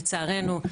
לצערנו,